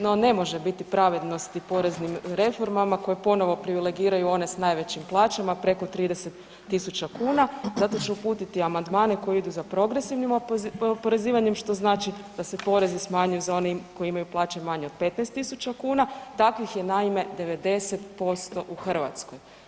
No ne može biti pravednosti poreznim reformama koje ponovno privilegiraju one s najvećim plaćama preko 30.000 kuna, zato ću uputiti amandmane koji idu za progresivnim oporezivanjem, što znači da se porezi smanjuju za one koji imaju plaće manje od 15.000 kuna, takvih je naime 90% u Hrvatskoj.